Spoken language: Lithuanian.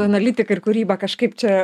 analitika ir kūryba kažkaip čia